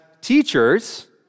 teachers—